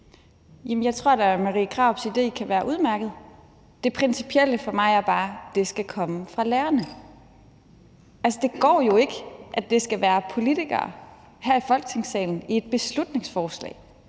jeg tror da, Marie Krarups idé kan være udmærket. Det principielle for mig er bare, at det skal komme fra lærerne. Altså, det går jo ikke, at det skal være politikere her i Folketingssalen, som pålægger det i et beslutningsforslag.